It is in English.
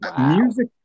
music